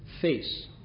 Face